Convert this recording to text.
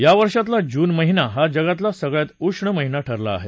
या वर्षातला जून महिना हा जगातला सगळ्यात उष्ण महिना ठरला आहे